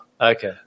Okay